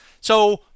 So-